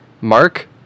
mark